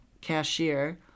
cashier